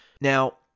Now